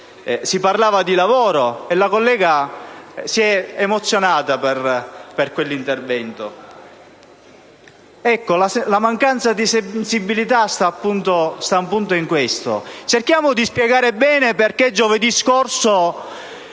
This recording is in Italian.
si parlava di lavoro e la collega si emozionò per quell'intervento. La mancanza di sensibilità sta appunto in questo: cerchiamo di spiegare bene perché giovedì scorso